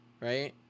right